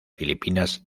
filipinas